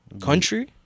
Country